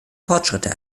fortschritte